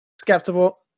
skeptical